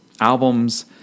albums